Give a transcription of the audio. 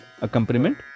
accompaniment